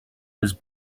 was